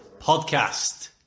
podcast